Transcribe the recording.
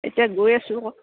এতিয়া গৈ আছো আকৌ